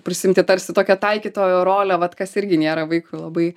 prisiimti tarsi tokią taikytojo rolę vat kas irgi nėra vaikui labai